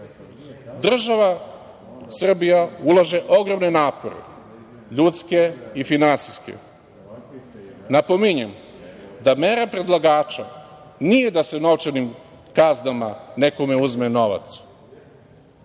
Srbija ulaže ogromne napore, ljudske i finansijske. Napominjem da mera predlagača nije da sa novčanim kaznama nekome uzme novac,